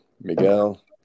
Miguel